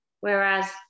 Whereas